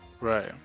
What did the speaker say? right